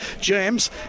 James